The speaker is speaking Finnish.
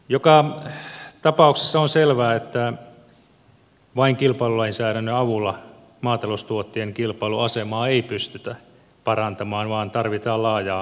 joka tapauksessa on selvää että vain kilpailulainsäädännön avulla maataloustuottajien kilpailuasemaa ei pystytä parantamaan vaan tarvitaan laajaa toimenpidekokonaisuutta